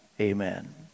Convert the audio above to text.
amen